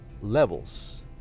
levels